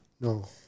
No